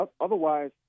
Otherwise